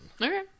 Okay